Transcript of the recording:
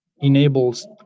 enables